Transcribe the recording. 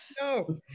No